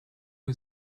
who